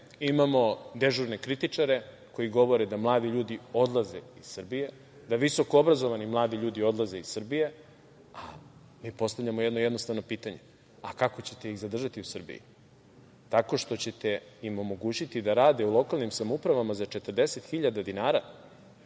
imamo dežurne kritičare koji govore da mladi ljudi odlaze iz Srbije, da visoko obrazovni mladi ljudi odlaze iz Srbije, a mi postavljamo jedno jednostavno pitanje – kako ćete ih zadržati u Srbiji? Tako što ćete im omogućiti da rade u lokalnim samoupravama za 40.000 dinara?